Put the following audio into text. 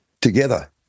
together